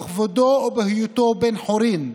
בכבודו ובהיותו בן-חורין,